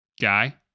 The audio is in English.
guy